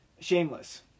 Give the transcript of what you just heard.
Shameless